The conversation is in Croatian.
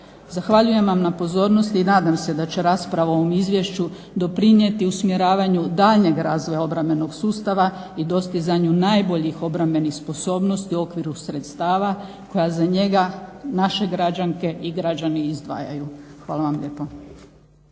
Zahvaljujem vam na pozornosti i nadam se da će rasprava o ovom izvješću doprinijeti usmjeravanju daljnjeg razvoja obrambenog sustava i dostizanju najboljih obrambenih sposobnosti u okviru sredstava koja za njega naše građanke i građani izdvajaju. Hvala vam lijepa.